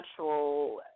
natural